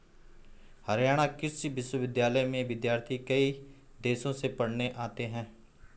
हरियाणा कृषि विश्वविद्यालय में विद्यार्थी कई देशों से पढ़ने आते हैं